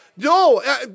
No